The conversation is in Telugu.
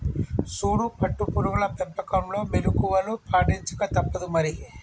సూడు పట్టు పురుగుల పెంపకంలో మెళుకువలు పాటించక తప్పుదు మరి